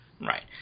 Right